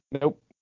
Nope